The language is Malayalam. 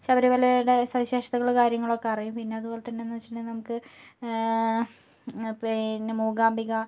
ശബരിമലയുടെ സവിശേഷതകള് കാര്യങ്ങളൊക്കെ അറിയാം പിന്നെ അതുപോലെതന്നെന്ന് വെച്ചിട്ടുണ്ടെങ്കിൽ നമുക്ക് പിന്നെ മൂകാംബിക